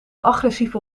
agressieve